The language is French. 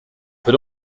peut